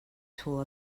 tool